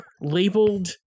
labeled